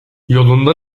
yolunda